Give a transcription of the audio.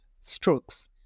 strokes